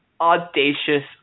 audacious